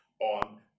on